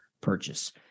purchase